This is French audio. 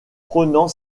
prenant